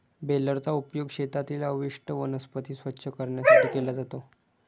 बेलरचा उपयोग शेतातील अवशिष्ट वनस्पती स्वच्छ करण्यासाठी केला जातो